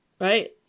right